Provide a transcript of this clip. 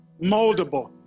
moldable